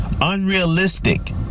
Unrealistic